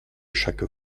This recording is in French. chaque